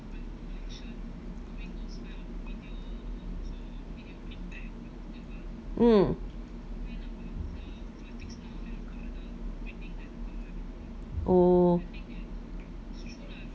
mm oh